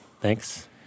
Thanks